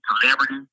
celebrity